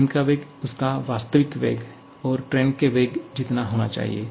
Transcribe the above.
गेंद का वेग उसका वास्तविक वेग और ट्रेन के वेग जितना होना चाहिए